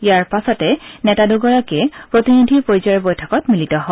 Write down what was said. ইয়াৰ পাছতে নেতা দুগৰাকী প্ৰতিনিধি পৰ্যায়ৰ বৈঠকত মিলিত হয়